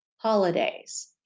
holidays